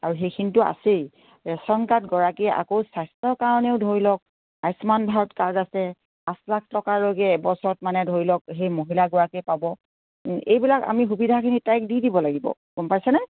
আৰু সেইখিনিতটো আছেই ৰেচন কাৰ্ডগৰাকীয়ে আকৌ স্বাস্থ্যৰ কাৰণেও ধৰি লওক আয়ুস্মান ভাৰত কাৰ্ড আছে পাঁচ লাখ টকালৈকে এবছৰত মানে ধৰি লওক সেই মহিলা গৰাকীয়ে পাব এইবিলাক আমি সুবিধাখিনি তাইক দি দিব লাগিব গম পাইছেনে